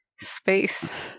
space